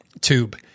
tube